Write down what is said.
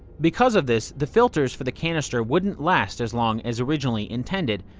because of this, the filters for the canister wouldn't last as long as originally intended.